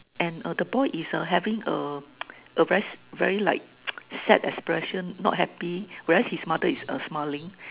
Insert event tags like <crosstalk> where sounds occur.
and err the boy is err having a a very very like <noise> sad expression not happy whereas his mother is err smiling